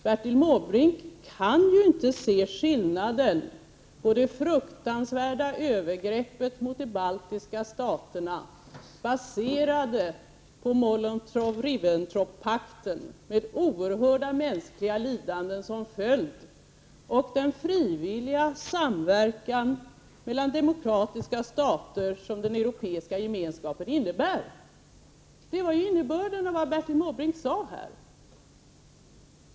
Bertil Måbrink kan ju inte se skillnaden mellan de fruktansvärda övergreppen mot de baltiska staterna, baserade på Molotov-Ribbentroppakten, med oerhörda mänskliga lidanden som följd, och den frivilliga samverkan mellan demokratiska stater som den Europeiska gemenskapen innebär. Det var ju innebörden av vad Bertil Måbrink sade.